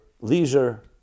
leisure